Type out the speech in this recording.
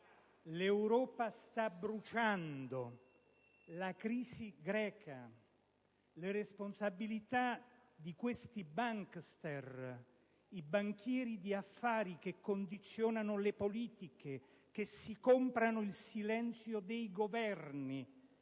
L'Europa sta bruciando: la crisi greca, le responsabilità di questi "bankster", i banchieri di affari che condizionano le politiche, si comprano il silenzio dei Governi.